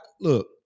look